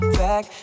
back